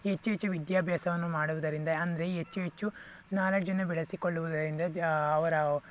ಹೆಚ್ಚು ಹೆಚ್ಚು ವಿದ್ಯಾಭ್ಯಾಸವನ್ನು ಮಾಡುವುದರಿಂದ ಅಂದರೆ ಹೆಚ್ಚು ಹೆಚ್ಚು ನಾಲೆಡ್ಜನ್ನು ಬೆಳೆಸಿಕೊಳ್ಳುವುದರಿಂದ ಅವರ